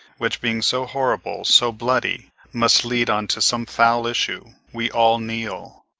which, being so horrible, so bloody, must lead on to some foul issue we all kneel.